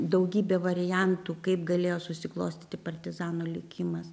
daugybė variantų kaip galėjo susiklostyti partizanų likimas